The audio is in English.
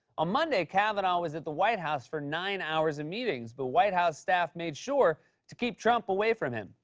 ah monday, kavanaugh was at the white house for nine hours of meetings, but white house staff made sure to keep trump away from him.